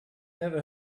never